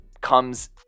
comes